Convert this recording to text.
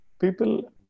people